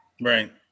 Right